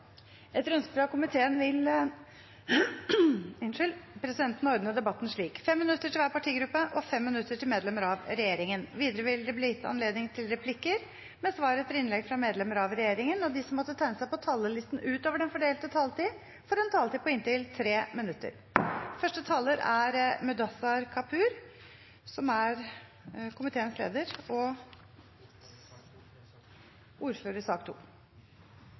Etter ønske fra finanskomiteen vil presidenten ordne debatten slik: 5 minutter til hver partigruppe og 5 minutter til medlemmer av regjeringen. Videre vil det bli gitt anledning til replikker med svar etter innlegg fra medlemmer av regjeringen, og de som måtte tegne seg på talerlisten utover den fordelte taletid, får en taletid på inntil 3 minutter. La meg starte med å takke komiteen og